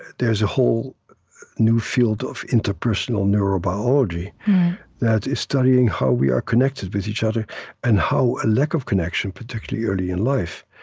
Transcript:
there's a whole new field of interpersonal neurobiology that is studying how we are connected with each other and how a lack of connection, particularly early in life,